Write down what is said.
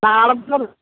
നാളത്തത്